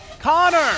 Connor